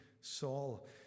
Saul